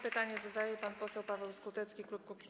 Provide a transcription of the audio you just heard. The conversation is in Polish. Pytanie zadaje pan poseł Paweł Skutecki, klub Kukiz’15.